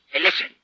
listen